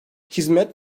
hizmet